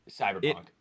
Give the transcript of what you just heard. Cyberpunk